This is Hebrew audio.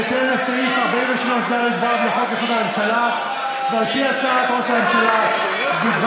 בהתאם לסעיף 43ד(ו) לחוק-יסוד: הממשלה ועל פי הצעת ראש הממשלה חבר